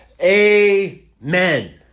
Amen